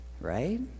right